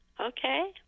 Okay